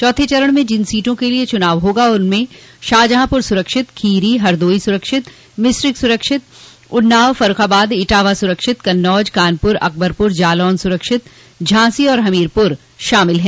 चौथे चरण में जिन सीटों के लिये चुनाव होगा उनमें शाहजहांपुर सुरक्षित खीरी हरदोई सुरक्षित मिश्रिख सुरक्षित उन्नाव फर्रूखाबाद इटावा सुरक्षित कन्नौज कानपुर अकबरपुर जालौन सुरक्षित झांसी और हमीरपुर शामिल हैं